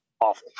awful